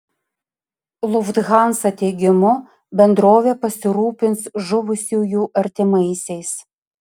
lufthansa teigimu bendrovė pasirūpins žuvusiųjų artimaisiais